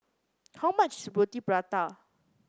how much is prata